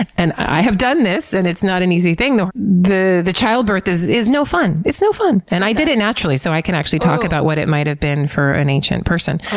and i have done this and it's not an easy thing though. the the childbirth is is no fun. it's no fun. and i did it naturally, so i can actually talk about what it might have been for an ancient person.